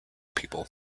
people